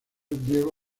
diego